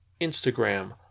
Instagram